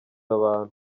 abantu